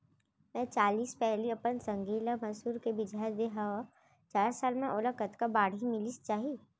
मैं चालीस पैली अपन संगी ल मसूर के बीजहा दे हव चार साल म मोला कतका बाड़ही मिलिस जाही?